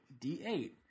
D8